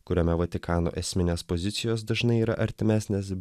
kuriame vatikano esminės pozicijos dažnai yra artimesnės